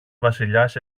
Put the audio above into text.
βασιλιάς